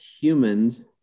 humans